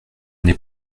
n’ai